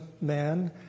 man